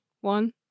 One